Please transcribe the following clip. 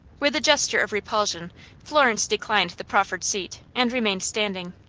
with a gesture of repulsion florence declined the proffered seat, and remained standing.